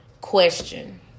question